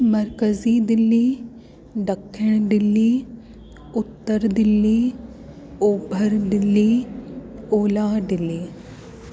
मर्कज़ी दिल्ली ॾखिण दिल्ली उत्तर दिल्ली ओभर दिल्ली ओलह दिल्ली